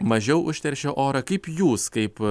mažiau užteršia orą kaip jūs kaip